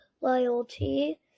loyalty